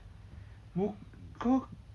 buk~ kau